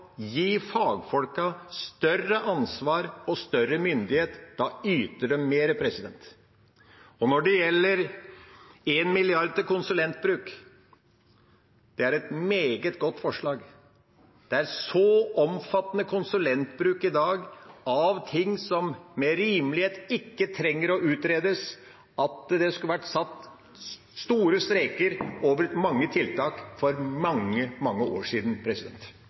gi fagfolka større ansvar og større myndighet, for da yter de mer. Når det gjelder kuttet på 1 mrd. kr i konsulentbruk, er det et meget godt forslag. Det er så omfattende konsulentbruk i dag til ting som med rimelighet ikke trenger å utredes, at det skulle vært satt store streker over mange tiltak for mange, mange år siden.